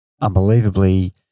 unbelievably